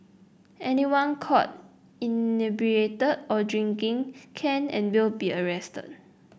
anyone caught inebriated or drinking can and will be arrested